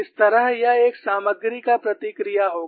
इस तरह यह एक सामग्री का प्रतिक्रिया होगा